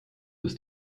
ist